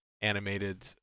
animated